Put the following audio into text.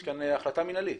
יש פה החלטה מינהלית.